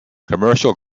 commercial